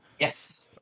Yes